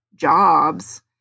jobs